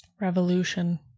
Revolution